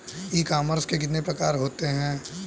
ई commerce के कितने प्रकार होते हैं?